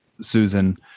Susan